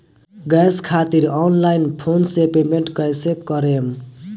Gas खातिर online phone से payment कैसे करेम?